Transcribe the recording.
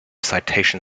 citation